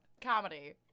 Comedy